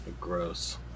Gross